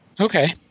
Okay